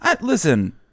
Listen